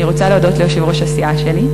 אני רוצה להודות ליושב-ראש הסיעה שלי,